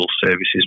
services